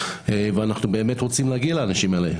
ואנחנו באמת רוצים להגיע לאנשים האלה,